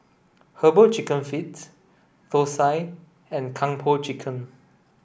herbal chicken feets Thosai and Kung Po Chicken